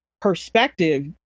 perspective